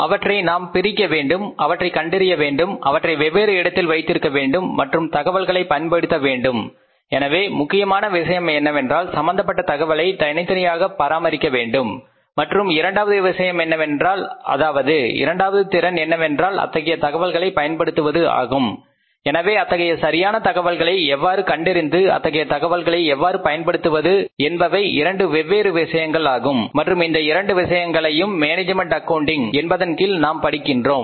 அவற்றை நாம் பிரிக்க வேண்டும் அவற்றைக் கண்டறிய வேண்டும் அவற்றை வெவ்வேறு இடத்தில் வைத்திருக்க வேண்டும் மற்றும் தகவல்களை பயன்படுத்த வேண்டும் எனவே முக்கியமான விஷயம் என்னவென்றால் சம்பந்தப்பட்ட தகவல்களை தனித்தனியாக பராமரிக்க வேண்டும் மற்றும் இரண்டாவது விஷயம் என்னவென்றால் அதாவது இரண்டாவது திறன் என்னவென்றால் அத்தகைய தகவல்களை பயன்படுத்துவது ஆகும் எனவே அத்தகைய சரியான தகவல்களை எவ்வாறு கண்டறிவது அத்தகைய தகவல்களை எவ்வாறு பயன்படுத்துவது என்பவை இரண்டு வெவ்வேறு விஷயங்கள் ஆகும் மற்றும் இந்த இரண்டு விஷயங்களையும் மேனேஜ்மென்ட் ஆக்கவுண்டிங் என்பதன் கீழ் நாம் படிக்கப்போகின்றோம்